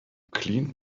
cleaned